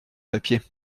papier